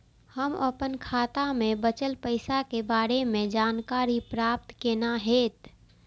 हम अपन खाता में बचल पैसा के बारे में जानकारी प्राप्त केना हैत?